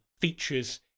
features